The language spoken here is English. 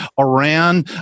Iran